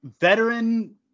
veteran